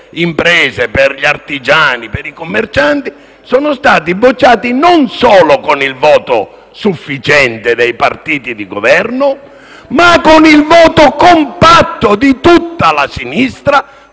imprese, per gli artigiani e i commercianti sono stati bocciati non solo con il voto - già sufficiente - dei partiti di Governo, ma anche con il voto compatto di tutta la sinistra;